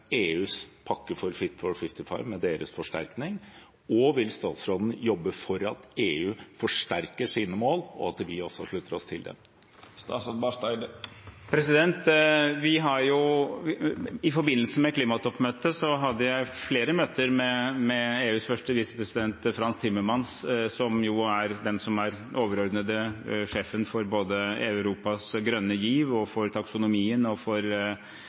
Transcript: EUs pakke for Fit for 55, med deres forsterkning, og vil statsråden jobbe for at EU forsterker sine mål, og at vi også slutter oss til dem? I forbindelse med klimatoppmøtet hadde jeg flere møter med EUs første visepresident, Frans Timmermans, som er den overordnede sjefen både for Europas grønne giv, for taksonomien og for